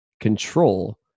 control